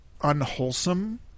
unwholesome